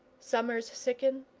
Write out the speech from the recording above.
summers sicken,